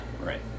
right